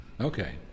Okay